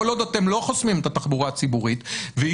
כל עוד אתם לא חוסמים את התחבורה הציבורית ויהיו